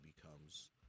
becomes